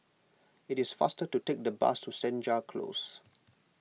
it is faster to take the bus to Senja Close